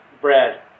Brad